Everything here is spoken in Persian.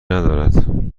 ندارد